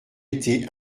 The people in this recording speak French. été